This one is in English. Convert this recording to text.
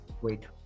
Wait